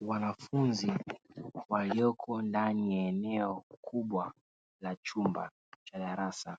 Wanafunzi walioko ndani ya eneo kubwa la chumba cha darasa